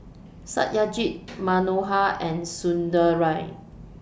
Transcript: Satyajit Manohar and Sunderlal